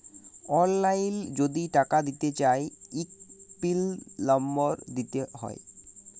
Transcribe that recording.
অললাইল যদি টাকা দিতে চায় ইক পিল লম্বর দিতে হ্যয়